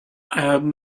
had